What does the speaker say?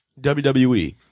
WWE